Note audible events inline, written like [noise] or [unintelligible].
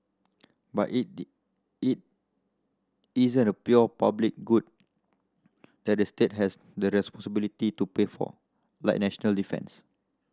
but it [unintelligible] it isn't a pure public good that the state has the responsibility to pay for like national defence